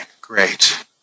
great